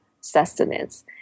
sustenance